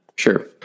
sure